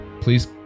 Please